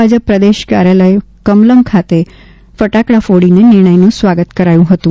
ભાજપ પ્રદેશ કાર્યાલ કમલમ ખાતે ફટાકડા ફોડીને નિર્ણયનું સ્વાગત કર્યું હતું